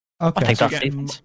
Okay